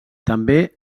també